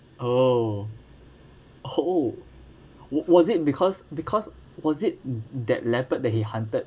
oh oh w~ was it because because was it that leopard that he hunted